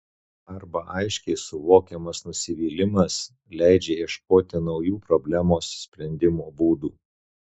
arba aiškiai suvokiamas nusivylimas leidžia ieškoti naujų problemos sprendimo būdų